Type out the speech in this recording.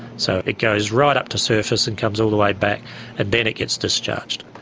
so it goes right up to surface and comes all the way back and then it gets discharged.